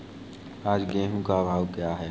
आज गेहूँ का भाव क्या है?